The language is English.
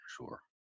Sure